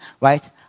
right